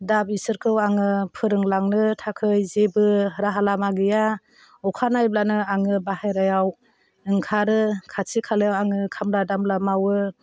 दा बिसोरखौ आङो फोरोंलांनो थाखाय जेबो राहा लामा गैया अखानायब्लानो आङो बायह्रायाव ओंखारो खाथि खालायाव आङो खाम्ला दामला मावो